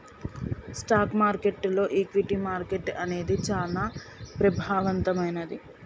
stock మార్కెట్టులో equity market అనేది చానా ప్రభావవంతమైంది